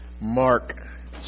Mark